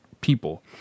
people